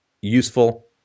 useful